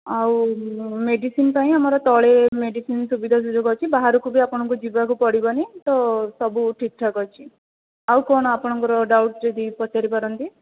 ଆଉ ମେଡ଼ିସିନ ପାଇଁ ଆମର ତଳେ ମେଡ଼ିସିନ ସୁବିଧା ସୁଯୋଗ ଅଛି ବାହାରକୁ ବି ଆପଣଙ୍କୁ ଯିବାକୁ ପଡ଼ିବନି ତ ସବୁ ଠିକ ଠାକ ଅଛି ଆଉ କ'ଣ ଆପଣଙ୍କର ଡ଼ାଉଟ ଯଦି ପଚାରି ପାରନ୍ତି